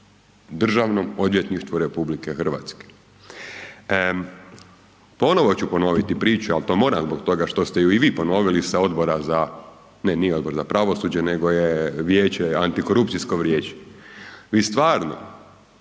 Državnom odvjetništvu RH. Ponovno ću ponoviti priču ali to moram zbog toga što ste ju i vi ponovili sa odbora za, ne, nije Odbor za pravosuđe nego je vijeće, Antikorupcijsko vijeće.